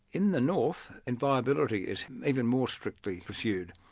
in the north, inviolability is even more strictly pursued.